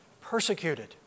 Persecuted